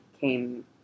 came